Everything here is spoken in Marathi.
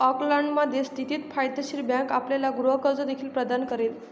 ऑकलंडमध्ये स्थित फायदेशीर बँक आपल्याला गृह कर्ज देखील प्रदान करेल